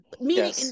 meaning